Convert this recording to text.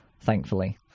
thankfully